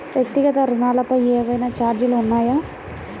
వ్యక్తిగత ఋణాలపై ఏవైనా ఛార్జీలు ఉన్నాయా?